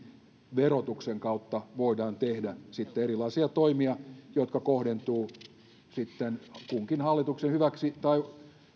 verotuksen kautta voidaan tehdä sitten erilaisia toimia jotka kohdentuvat kunkin hallituksen hyväksi tai